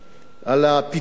על הפיצויים